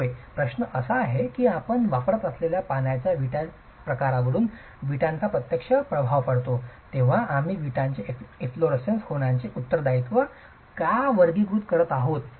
होय प्रश्न असा आहे की आपण वापरत असलेल्या पाण्याच्या प्रकारावरुन विटाचा प्रत्यक्ष प्रभाव पडतो तेव्हा आम्ही विटांचे एफलोररेसेन्स होण्याचे उत्तरदायित्व का वर्गीकृत करीत आहोत